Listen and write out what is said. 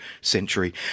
Century